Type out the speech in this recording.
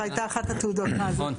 נכון.